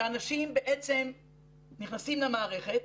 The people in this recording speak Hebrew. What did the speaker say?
שאנשים בעצם נכנסים למערכת